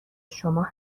شما